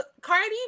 Cardi